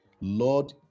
Lord